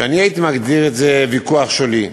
שאני הייתי מגדיר את זה ויכוח שולי,